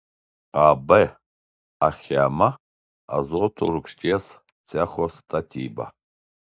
ab achema azoto rūgšties cecho statyba